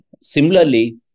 similarly